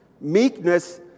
meekness